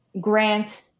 grant